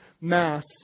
mass